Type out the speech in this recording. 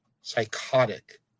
psychotic